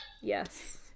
Yes